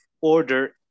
order